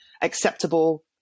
acceptable